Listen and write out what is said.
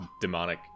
demonic